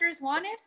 wanted